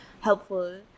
helpful